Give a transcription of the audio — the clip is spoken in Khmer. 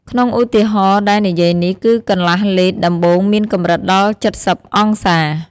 ក្នុងឧទាហរណ៍ដែលនិយាយនេះ គឺកន្លះលីត្រដំបូងមានកម្រិតដល់៧០អង្សា។